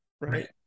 right